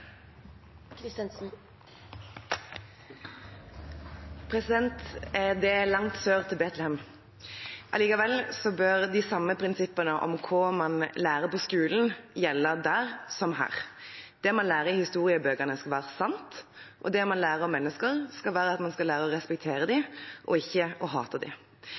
Det blir replikkordskifte. Betlehem er langt sør. Allikevel bør de samme prinsippene om hva man lærer på skolen, gjelde der som her. Det man lærer i historiebøkene, skal være sant, og det man lærer om mennesker, skal være at man skal lære å respektere dem, og ikke å hate